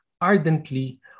ardently